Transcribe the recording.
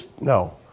No